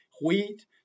wheat